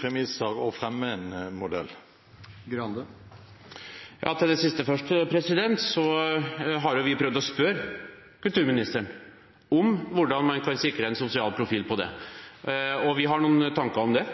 premisser å fremme en modell? Til det siste først: Vi har prøvd å spørre kulturministeren om hvordan man kan sikre en sosial profil på det, og vi har noen tanker om det,